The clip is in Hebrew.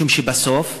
משום שבסוף,